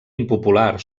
impopular